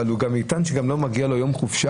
אבל הוא גם יטען שגם לא מגיע לו יום חופשה,